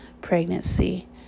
pregnancy